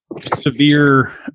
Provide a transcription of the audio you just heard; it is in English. severe